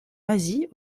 asie